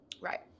Right